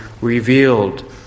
revealed